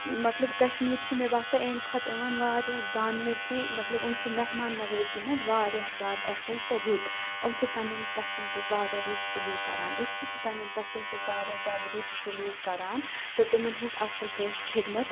مطلب کَشمیٖر چھِ مےٚ باسان ایٚمہِ کھۄتہٕ یِوان واریاہ زاننہٕ کہِ مطلب یِم چھِ مہمان نَوٲزی منٛز واریاہ زیادٕ اَصٕل تہٕ رُت یِم چھِ پنٕنۍ پَژھیٚن سۭتۍ واریاہ رُت سلوٗک کَران أسۍ تہِ چھِ پنٛنیٚن پَژھیٚن سۭتۍ واریاہ زیادٕ رُت سلوٗک کَران تہٕ تِمَن ہٕنٛز اَصٕل پٲٹھۍ خِدمَت